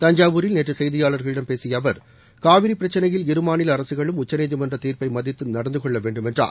தஞ்சாவூரில் நேற்று செய்தியாளர்களிடம் பேசிய அவர் காவிரி பிரச்னையில் இருமாநில அரசுகளும் உச்சநீதிமன்ற தீர்ப்பை மதித்து நடந்து கொள்ள வேண்டுமென்றார்